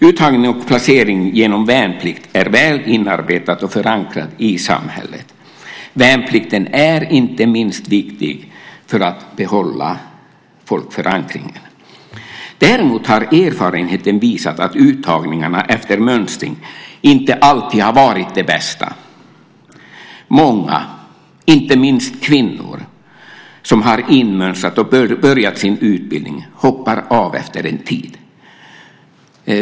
Uttagning och placering genom värnplikt är väl inarbetat och förankrat i samhället. Värnplikten är inte minst viktig för att behålla folkförankringen. Däremot har erfarenheten visat att uttagningarna efter mönstring inte alltid har varit de bästa. Många, inte minst kvinnor, som har inmönstrat och börjat sig utbildning hoppar av efter en tid.